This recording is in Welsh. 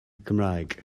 cymraeg